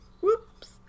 whoops